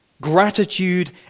Gratitude